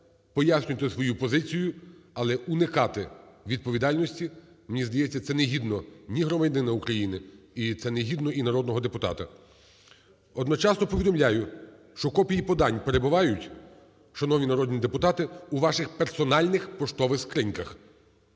пояснюйте свою позицію, але уникати відповідальності, мені здається, це негідно ні громадянина України і це негідно і народного депутата. Одночасно повідомляю, що копії подань перебувають, шановні народні депутати, у ваших персональних поштових скриньках.